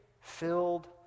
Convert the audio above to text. filled